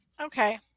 Okay